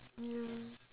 ya